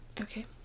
okay